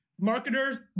marketers